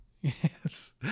Yes